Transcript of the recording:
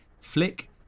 flick